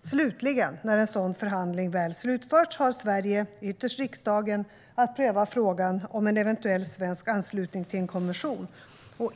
Slutligen, när en sådan förhandling väl slutförts, har Sverige, ytterst riksdagen, att pröva frågan om en eventuell svensk anslutning till en konvention.